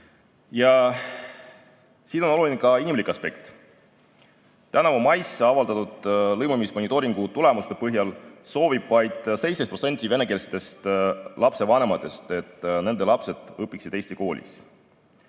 Ja siin on oluline ka inimlik aspekt. Tänavu mais avaldatud lõimumismonitooringu tulemuste põhjal soovib vaid 17% venekeelsetest lapsevanematest, et nende lapsed õpiksid eesti koolis.